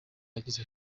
yagize